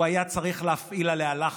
הוא היה צריך להפעיל עליה לחץ.